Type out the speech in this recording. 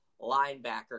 linebacker